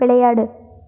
விளையாடு